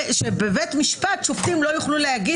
שבבית משפט שופטים לא יוכלו להגיד